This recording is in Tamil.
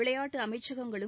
விளையாட்டு அமைச்சகங்களும்